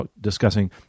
discussing